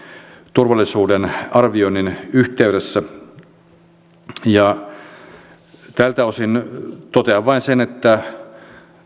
turvallisuuden arvioinnin yhteydessä tältä osin totean vain sen että